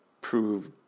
prove